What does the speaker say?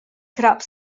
crap